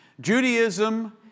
Judaism